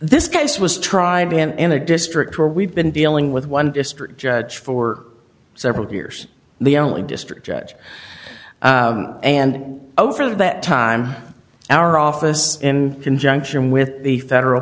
this case was tried in a district where we've been dealing with one district judge for several years the only district judge and over that time our office in conjunction with the federal